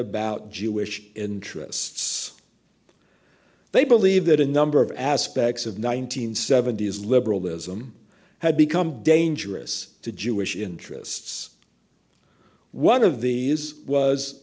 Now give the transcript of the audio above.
about jewish interests they believe that a number of aspects of nine hundred seventy s liberalism had become dangerous to jewish interests one of these was